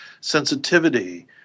sensitivity